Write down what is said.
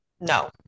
No